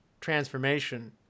transformation